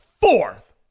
fourth